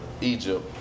Egypt